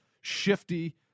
shifty